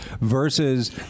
versus